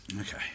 Okay